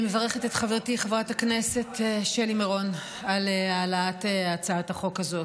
אני מברכת את חברתי חברת הכנסת שלי מירון על העלאת הצעת החוק הזאת.